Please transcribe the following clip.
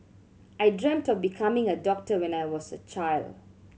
I dreamt of becoming a doctor when I was a child